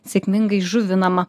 sėkmingai įžuvinama